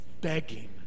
begging